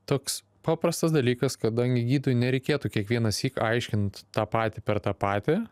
toks paprastas dalykas kadangi gydytojui nereikėtų kiekvienąsyk aiškint tą patį per tą patį